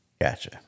Gotcha